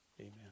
amen